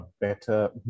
better